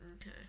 Okay